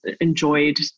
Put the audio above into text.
enjoyed